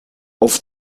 auf